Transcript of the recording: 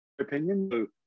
opinion